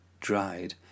dried